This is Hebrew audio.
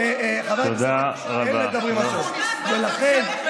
אין לכם בושה בכלל.